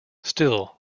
still